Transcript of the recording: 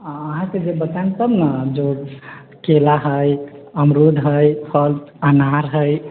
आओर अहाँके बताइब तब ने केला हइ अमरूद हइ फल अनार हइ